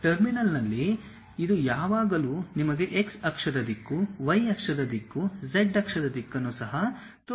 ಟರ್ಮಿನಲ್ನಲ್ಲಿ ಇದು ಯಾವಾಗಲೂ ನಿಮಗೆ x ಅಕ್ಷದ ದಿಕ್ಕು y ಅಕ್ಷದ ದಿಕ್ಕು z ಅಕ್ಷದ ದಿಕ್ಕನ್ನು ಸಹ ತೋರಿಸುತ್ತದೆ